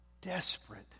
desperate